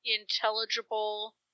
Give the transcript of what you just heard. intelligible